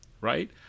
right